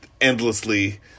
endlessly